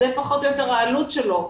זה פחות או יותר העלות שלו.